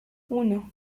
uno